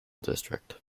district